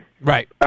Right